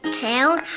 town